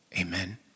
Amen